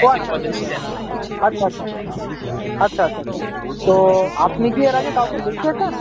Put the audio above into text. ও আচ্ছা আচ্ছা আচ্ছা আচ্ছা আচ্ছা আচ্ছা আচ্ছা আচ্ছা তো আপনি কি এর আগে কাউকে দেখিয়েছেন